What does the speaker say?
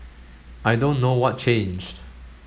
I don't know what changed